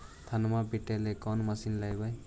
धनमा पिटेला कौन मशीन लैबै?